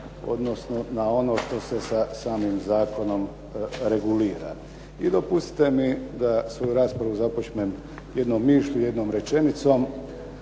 odnosno na ono što se sa samim zakonom regulira. I dopustite mi da svoju raspravu započnem jednom mišlju, jednom rečenicom,